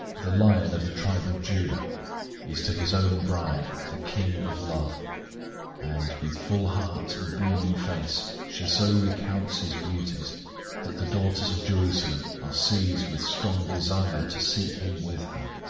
the lion of the tribe of judah is to his own bride the king of love and, with full heart and beaming face, she so recounts his beauties that the daughters of jerusalem are seized with strong desire to seek him with her,